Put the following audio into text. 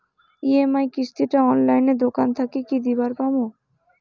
EMI কিস্তি টা অনলাইনে দোকান থাকি কি দিবার পাম?